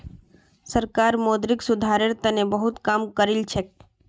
सरकार मौद्रिक सुधारेर तने बहुत काम करिलछेक